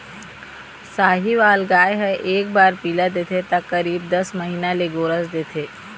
साहीवाल गाय ह एक बार पिला देथे त करीब दस महीना ले गोरस देथे